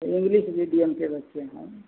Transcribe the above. English medium के बच्चे हैं